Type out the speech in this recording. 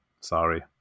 sorry